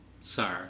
Sir